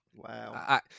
Wow